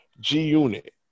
G-Unit